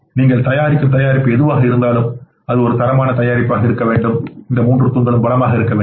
நீங்கள் தயாரிக்கும் தயாரிப்பு எதுவாக இருந்தாலும் அது ஒரு தரமான தயாரிப்பாக இருக்க வேண்டும்